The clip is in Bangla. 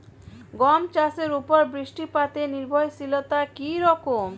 গম চাষের উপর বৃষ্টিপাতে নির্ভরশীলতা কী রকম?